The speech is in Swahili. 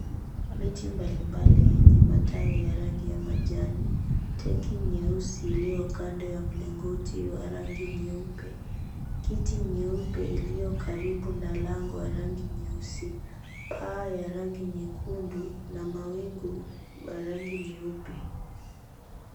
Miti mbalimbali yenye matawi ya rangi ya majani, tenki nyeusi iliyo kando ya mlingoti wa rangi nyeupe. Kiti nyeupe iliyo karibu na lango wa rangi nyeusi, paa ya rangi nyekundu na mawingu ya rangi nyeupe.